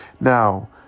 Now